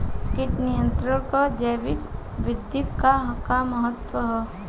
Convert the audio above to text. कीट नियंत्रण क जैविक विधि क का महत्व ह?